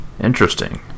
interesting